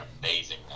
amazing